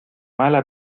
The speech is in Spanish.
mala